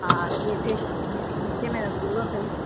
हा ॿी फिश मिठे में रसगुल्लो अथई